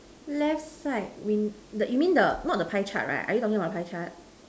left side win you mean the not the pie chart right are you talking about the pie chart